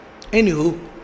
Anywho